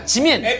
jimin